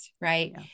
right